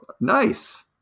nice